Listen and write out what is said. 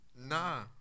Nah